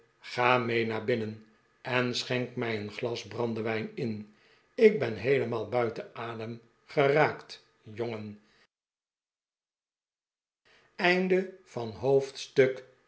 ga mee naar binnen en schenk mij een glas brandewijn in ik ben heelemaal buiten adem geraakt jongen